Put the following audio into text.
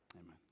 Amen